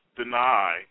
deny